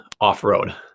off-road